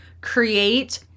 create